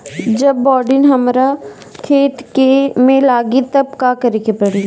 जब बोडिन हमारा खेत मे लागी तब का करे परी?